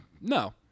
No